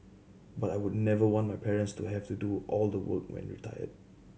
but I would never want my parents to have to do all the work when retired